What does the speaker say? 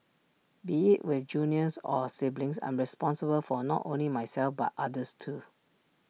be IT with juniors or siblings I'm responsible for not only myself but others too